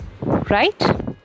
right